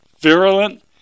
virulent